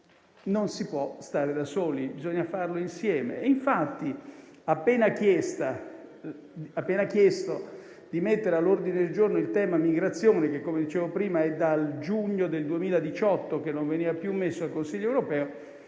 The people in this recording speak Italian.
non si può stare da soli. Bisogna farlo insieme. Infatti, appena chiesto di mettere all'ordine del giorno il tema migrazione, che, come dicevo prima, è dal giugno del 2018 che non veniva più messo all'ordine del